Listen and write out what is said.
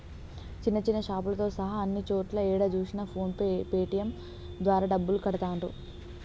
చిన్న చిన్న షాపులతో సహా అన్ని చోట్లా ఏడ చూసినా ఫోన్ పే పేటీఎం ద్వారా డబ్బులు కడతాండ్రు